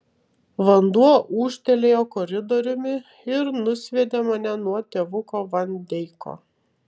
vanduo ūžtelėjo koridoriumi ir nusviedė mane nuo tėvuko van deiko